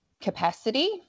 capacity